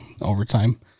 overtime